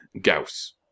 gauss